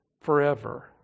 forever